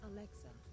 Alexa